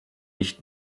nicht